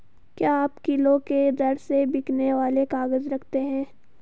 क्या आप किलो के दर से बिकने वाले काग़ज़ रखते हैं?